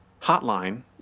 hotline